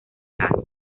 casas